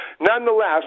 Nonetheless